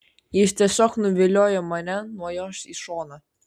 jis tiesiog nuviliojo mane nuo jos į šoną